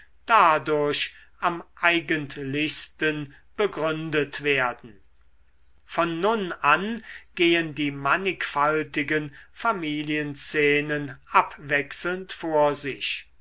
dadurch am eigentlichsten begründet werden von nun an gehen die mannigfaltigen familienszenen abwechselnd vor sich